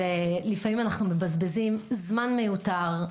לפעמים אנו מבזבזים זמן מיותר,